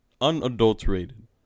unadulterated